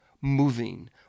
moving